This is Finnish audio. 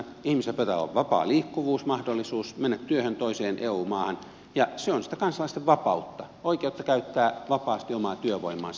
ihmisillä pitää olla vapaan liikkuvuuden mahdollisuus mahdollisuus mennä työhön toiseen eu maahan ja se on sitä kansalaisten vapautta oikeutta käyttää vapaasti omaa työvoimaansa